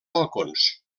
balcons